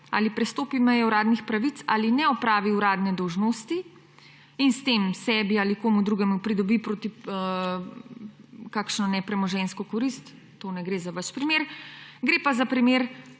ali prestopi mejo uradnih pravic ali ne opravi uradne dolžnosti in s tem sebi ali komu drugemu pridobi kakšno nepremoženjsko korist − to ne gre za vaš primer, gre pa za primer,